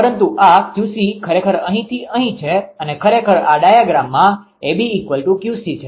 પરંતુ આ 𝑄𝐶 ખરેખર અહીંથી અહીં છે અને ખરેખર આ ડાયાગ્રામમાં AB𝑄𝐶 છે